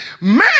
man